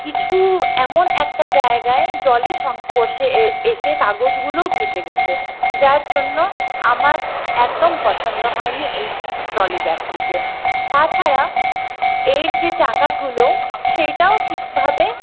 কিছু এমন একটা জায়গায় জলের সংস্পর্শে এসে কাগজগুলোও ভিজে গিয়েছে যার জন্য আমার একদম পছন্দ হয়নি এই ট্রলি ব্যাগটিকে তা ছাড়া এর যে চাকাগুলো সেটাও ঠিকভাবে